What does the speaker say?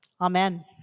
Amen